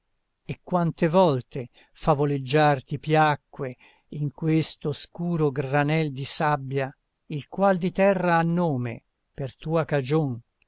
e quante volte favoleggiar ti piacque in questo oscuro granel di sabbia il qual di terra ha nome per tua cagion